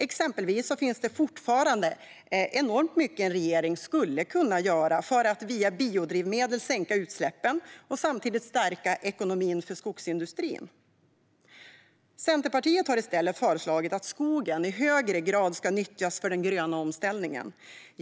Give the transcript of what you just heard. Exempelvis finns det fortfarande enormt mycket som en regering skulle kunna göra för att via biodrivmedel sänka utsläppen och samtidigt stärka ekonomin för skogsindustrin. Centerpartiet har i stället föreslagit att skogen i högre grad ska nyttjas för den gröna omställningen.